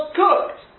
cooked